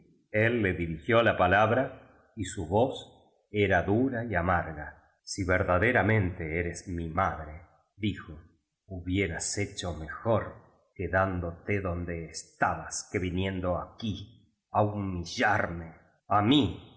le dirigió la palabra y su voz era dura y a marga si verdaderamente eres mi madredijo hubieras he cho mejor quedándote donde estabas que viniendo aquí á hu millarme á mí